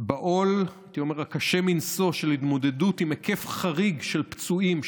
בעול הקשה מנשוא של התמודדות עם היקף חריג של פצועים,